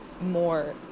more